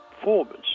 performance